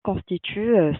constitue